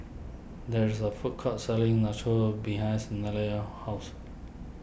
there is a food court selling Nachos behinds house